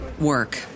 work